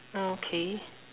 okay